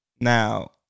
Now